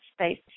space